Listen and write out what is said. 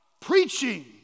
preaching